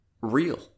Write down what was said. real